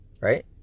right